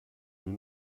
nur